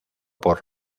por